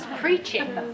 preaching